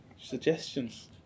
suggestions